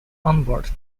onboard